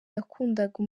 yakundaga